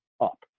up